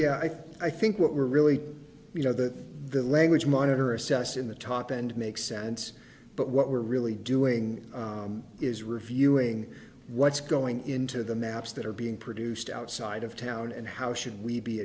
i think what we're really you know that the language monitor assessed in the top end makes sense but what we're really doing is reviewing what's going into the maps that are being produced outside of town and how should we be